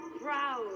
proud